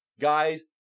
guys